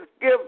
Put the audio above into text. give